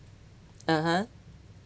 (uh huh)